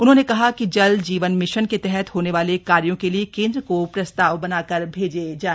उन्होंने कहा कि जल जीवन मिशन के तहत होने वाले कार्यों के लिए केन्द्र को प्रस्ताव बनाकर भेजे जाए